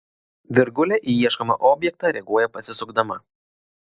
virgulė į ieškomą objektą reaguoja pasisukdama